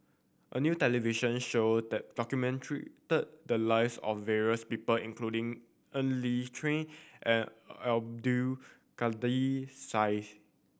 a new television show the lives of various people including Ng Li and Abdul Kadir Syed